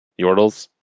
yordles